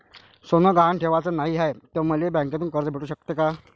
सोनं गहान ठेवाच नाही हाय, त मले बँकेतून कर्ज भेटू शकते का?